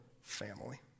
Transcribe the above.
Family